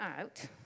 out